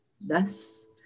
Thus